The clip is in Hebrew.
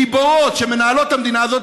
גיבורות שמנהלות את המדינה הזאת,